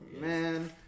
Man